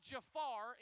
Jafar